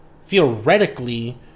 theoretically